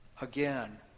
Again